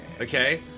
okay